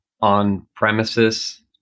on-premises